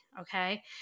Okay